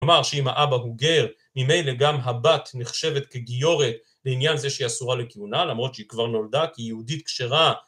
‫כלומר, שאם האבא הוא גר, ‫ממילא גם הבת נחשבת כגיורת ‫לעניין זה שהיא אסורה לכהונה, ‫למרות שהיא כבר נולדה, ‫כי היא יהודית כשרה.